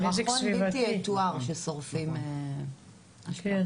זה סירחון בלתי יתואר ששורפים אשפה.